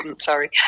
Sorry